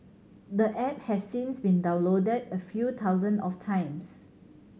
the app has since been downloaded a few thousands of times